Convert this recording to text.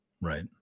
Right